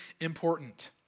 important